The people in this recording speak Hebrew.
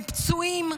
הם פצועים,